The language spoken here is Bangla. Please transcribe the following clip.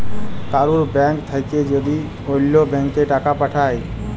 কারুর ব্যাঙ্ক থাক্যে যদি ওল্য ব্যাংকে টাকা পাঠায়